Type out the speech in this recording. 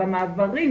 במעברים,